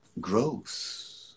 growth